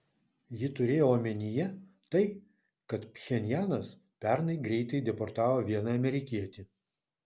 ji turėjo omenyje tai kad pchenjanas pernai greitai deportavo vieną amerikietį